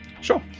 sure